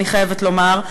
אני חייבת לומר,